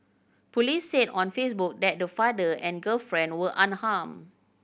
police said on Facebook that the father and girlfriend were unharmed